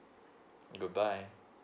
goodbye